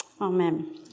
Amen